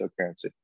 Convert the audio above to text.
cryptocurrency